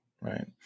right